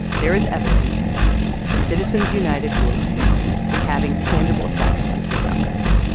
there is evidence that the citizens united ruling is having tangible effects on case outcomes.